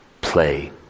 Play